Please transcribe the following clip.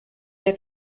der